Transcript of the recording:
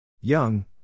Young